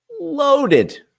loaded